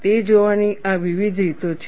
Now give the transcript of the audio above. તે જોવાની આ વિવિધ રીતો છે